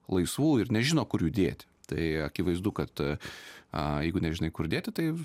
laisvų ir nežino kur jų dėti tai akivaizdu kad a jeigu nežinai kur dėti tai